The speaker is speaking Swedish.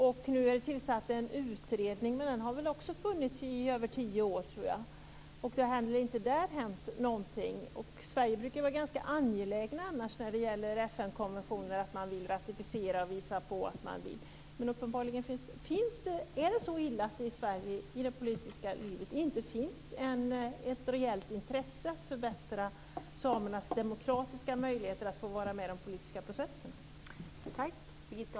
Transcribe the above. Det har tillsatts en utredning, men den har väl också funnits i över tio år, tror jag. Det har inte heller där hänt någonting. Sverige brukar vara ganska angeläget annars när det gäller FN-konventioner. Man vill ratificera och visa att man vill. Är det så illa att det i det politiska livet i Sverige inte finns ett reellt intresse av att förbättra samernas demokratiska möjligheter att vara med i de politiska processerna?